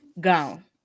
gone